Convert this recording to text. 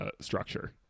structure